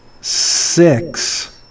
six